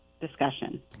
discussion